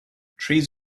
trees